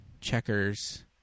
Checkers